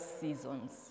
seasons